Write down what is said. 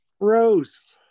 Gross